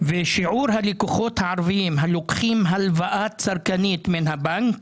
ושיעור הלקוחות הערביים הלוקחים הלוואה צרכנית מן הבנק